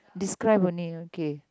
describe only okay